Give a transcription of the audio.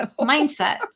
Mindset